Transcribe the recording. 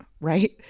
right